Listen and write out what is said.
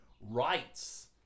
rights